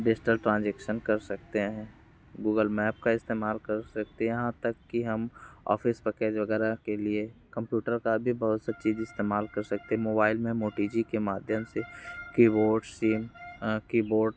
digital transaction कर सकते हैं गूगल मैप का इस्तेमाल कर सकते हैं यहाँ तक कि हम ऑफिस पकेज वगैरह के लिए कम्प्यूटर का भी बहुत सा चीज़ इस्तेमाल कर सकते है मोबाइल में हम ओ टी जी के माध्यम से कीबोर्ड सिम कीबोर्ड